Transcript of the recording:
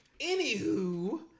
Anywho